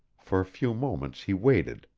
for a few moments he waited,